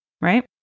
Right